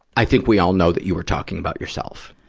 i think we all know that you were talking about yourself,